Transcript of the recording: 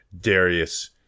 Darius